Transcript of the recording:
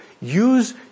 use